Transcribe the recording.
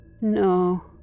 No